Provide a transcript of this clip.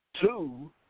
Two